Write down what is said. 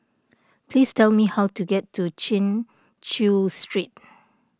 please tell me how to get to Chin Chew Street